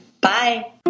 Bye